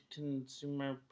consumer